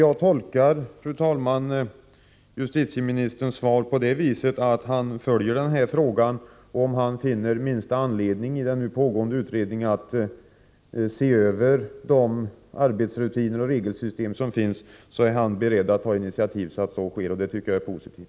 Jag tolkar emellertid justitieministerns svar så att han följer denna fråga och att han, om han efter den nu pågående utredningen, finner minsta anledning att se över det arbetsoch regelsystem som finns, så är han beredd att ta initiativ till att så sker. Det tycker jag är positivt.